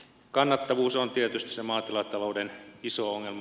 kannattavuus on tietysti se maatilatalouden iso ongelma